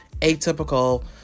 Atypical